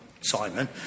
Simon